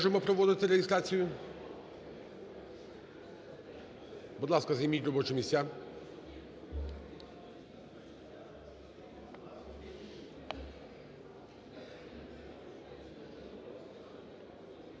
Можемо проводити реєстрацію? Будь ласка, займіть робочі місця.